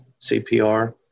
CPR